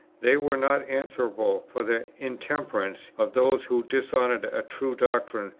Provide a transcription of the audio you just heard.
they were not answerable for the intemperance of those who dishonoured a true doctrine,